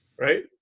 right